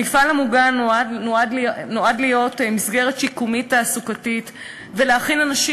המפעל המוגן נועד להיות מסגרת שיקומית תעסוקתית ולהכין אנשים